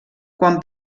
quan